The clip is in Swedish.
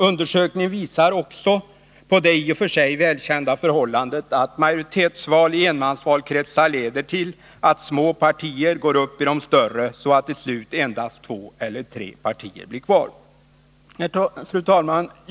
Undersökningen visar också på det i och för sig välkända förhållandet att majoritetsval i enmansvalkretsar leder till att små partier går upp i de större så att till slut endast två eller tre partier blir kvar. Fru talman!